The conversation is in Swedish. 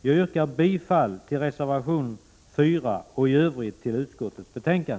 Jag yrkar bifall till reservation 4 och i övrigt till utskottets hemställan.